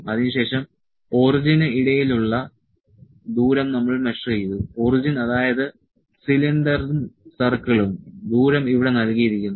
അതിനുശേഷം ഒറിജിന് ഇടയിൽ ഉള്ള ദൂരം നമ്മൾ മെഷർ ചെയ്തു ഒറിജിൻ അതായത് സിലിണ്ടറും സർക്കിളും ദൂരം ഇവിടെ നൽകിയിരിക്കുന്നു